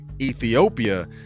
Ethiopia